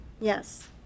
Yes